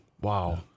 Wow